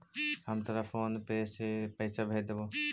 हम तोरा PhonePe से पईसा भेज देबो